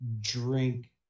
drink